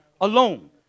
alone